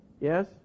Yes